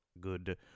good